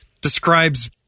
describes